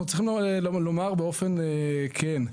אנחנו צריכים לומר באופן כן,